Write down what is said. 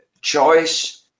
choice